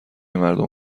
مردم